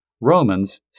Romans